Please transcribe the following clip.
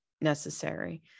necessary